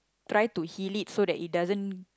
try to heal it so that it doesn't